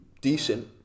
decent